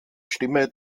stimme